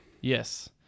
Yes